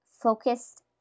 focused